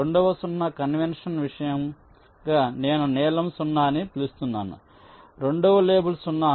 రెండవ 0 కన్వెన్షన్ విషయంగా నేను నీలం 0 అని పిలుస్తున్నాను రెండవ లేబుల్ 0